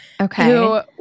Okay